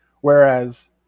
Whereas